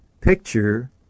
picture